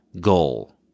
Goal